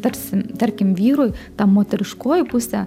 tarsi tarkim vyrui ta moteriškoji pusė